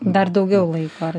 dar daugiau laiko ar